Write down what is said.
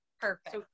perfect